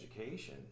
education